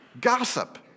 Gossip